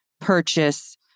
purchase